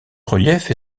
relief